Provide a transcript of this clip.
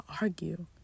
argue